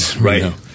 Right